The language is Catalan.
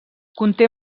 conté